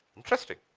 interested